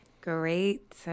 Great